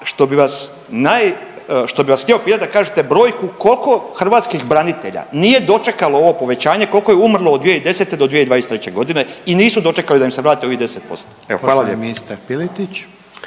što bi vas htio pitat da kažete brojku kolko hrvatskih branitelja nije dočekalo ovo povećanje, kolko je umrlo od 2010. do 2023.g. i nisu dočekali da im se vrati ovih 10%?